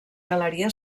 galeria